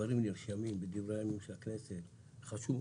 דברים נרשמים בדברי הימים של הכנסת, זה חשוב.